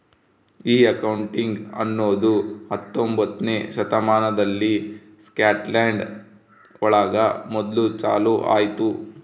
ಈ ಅಕೌಂಟಿಂಗ್ ಅನ್ನೋದು ಹತ್ತೊಂಬೊತ್ನೆ ಶತಮಾನದಲ್ಲಿ ಸ್ಕಾಟ್ಲ್ಯಾಂಡ್ ಒಳಗ ಮೊದ್ಲು ಚಾಲೂ ಆಯ್ತು